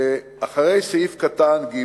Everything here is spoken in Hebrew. אחרי סעיף קטן (ג)